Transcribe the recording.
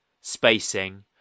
spacing